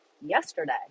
yesterday